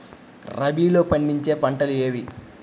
రబీలో పండించే పంటలు ఏవి?